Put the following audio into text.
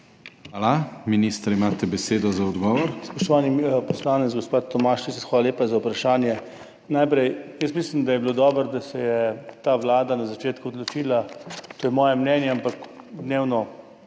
za gospodarstvo, turizem in šport):** Spoštovani poslanec, gospod Tomaž Lisec, hvala lepa za vprašanje. Najprej, jaz mislim, da je bilo dobro, da se je ta vlada na začetku odločila, to je moje mnenje, ampak dnevno